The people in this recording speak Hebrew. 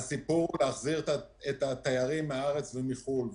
הסיפור הוא להחזיר את התיירים מהארץ ומחו"ל.